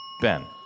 Ben